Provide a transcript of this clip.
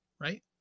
right